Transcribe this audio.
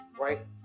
Right